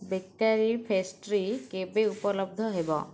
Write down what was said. bakery pastry କେବେ ଉପଲବ୍ଧ ହେବ